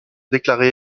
déclarait